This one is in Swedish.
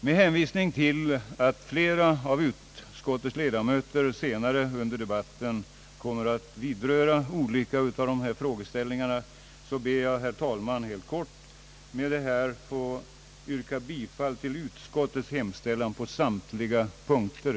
Med hänvisning till att flera av utskottets ledamöter senare under debatten kommer att vidröra olika frågeställningar ber jag, herr talman, helt kort att med det sagda få yrka bifall till utskottets hemställan på samtliga punkter.